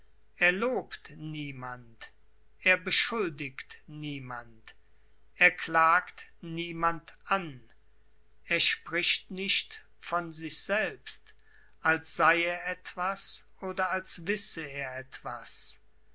er lobt niemand er beschuldigt niemand er klagt niemand an er spricht nicht von sich selbst als sei er etwas oder als wisse er etwas